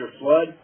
flood